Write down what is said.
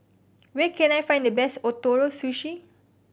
where can I find the best Ootoro Sushi